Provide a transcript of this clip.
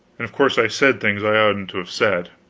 and of course i said things i oughtn't to have said,